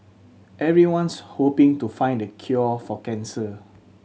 everyone's hoping to find the cure for cancer